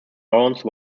lawrence